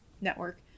network